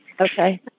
Okay